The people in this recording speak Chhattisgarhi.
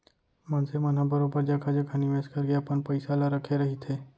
मनसे मन ह बरोबर जघा जघा निवेस करके अपन पइसा ल रखे रहिथे